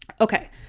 Okay